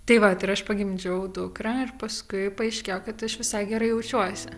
tai vat ir aš pagimdžiau dukrą ir paskui paaiškėjo kad aš visai gerai jaučiuosi